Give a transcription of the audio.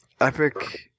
Epic